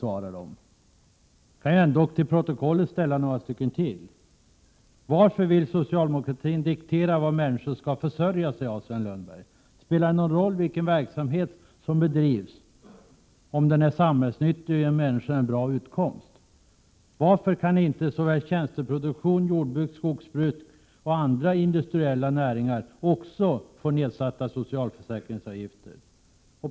Jag kan ändå till protokollet ställa ytterligare några: Varför vill socialdemokratin diktera vad människor skall försörja sig av, Sven Lundberg? Spelar det någon roll vilken verksamhet som bedrivs, om den är samhällsnyttig och ger människor en bra utkomst? Varför kan inte såväl tjänsteproduktion, jordbruk och skogsbruk som andra industriella näringar också få nedsatta socialförsäkringsavgifter?